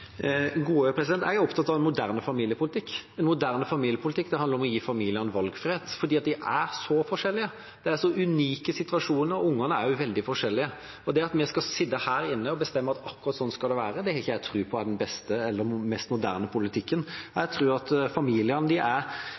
Jeg er opptatt av en moderne familiepolitikk. En moderne familiepolitikk handler om å gi familiene valgfrihet, fordi de er så forskjellige, det er så unike situasjoner, og ungene er også veldig forskjellige. Det at vi skal sitte her inne og bestemme at akkurat sånn skal det være, det har ikke jeg tro på er den beste eller den mest moderne politikken. Jeg tror at familiene er kunnskapsrike, at de er